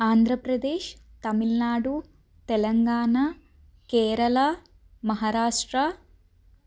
Andhra Pradesh Tamil Nadu Telangana Kerala Maharashtra